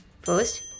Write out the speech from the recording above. First